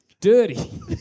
dirty